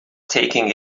taking